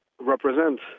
represent